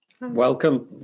Welcome